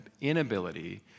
inability